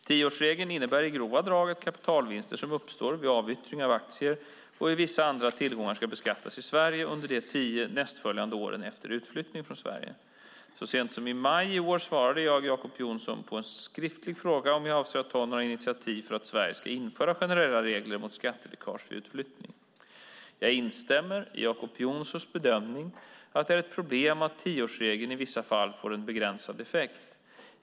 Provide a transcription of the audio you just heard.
Tioårsregeln innebär i grova drag att kapitalvinster som uppstår vid avyttring av aktier och vissa andra tillgångar ska beskattas i Sverige under de tio nästföljande åren efter utflyttning från Sverige. Så sent som i maj i år svarade jag Jacob Johnson på en skriftlig fråga om jag avser att ta några initiativ för att Sverige ska införa generella regler mot skatteläckage vid utflyttning . Jag instämmer i Jacob Johnsons bedömning att det är ett problem att tioårsregeln i vissa fall får en begränsad effekt.